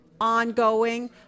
Ongoing